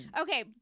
Okay